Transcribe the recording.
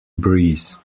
breeze